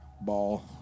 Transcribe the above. ball